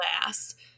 last